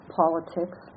politics